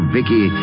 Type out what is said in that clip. Vicky